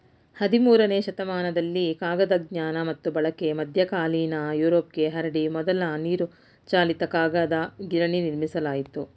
ಹದಿಮೂರನೇ ಶತಮಾನದಲ್ಲಿ ಕಾಗದ ಜ್ಞಾನ ಮತ್ತು ಬಳಕೆ ಮಧ್ಯಕಾಲೀನ ಯುರೋಪ್ಗೆ ಹರಡಿ ಮೊದಲ ನೀರುಚಾಲಿತ ಕಾಗದ ಗಿರಣಿ ನಿರ್ಮಿಸಲಾಯಿತು